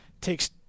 Takes